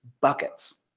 buckets